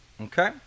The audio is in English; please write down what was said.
Okay